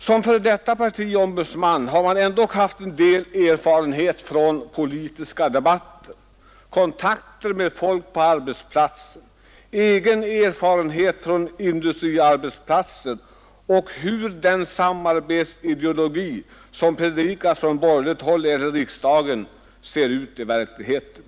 Som f. d. partiombudsman har man ändock haft en del erfarenhet från politiska debatter, kontakter med folk på arbetsplatser och egen erfarenhet från industriarbetsplatser av hur den samarbetsideologi som predikas från borgerligt håll här i riksdagen ser ut i verkligheten.